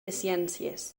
ciències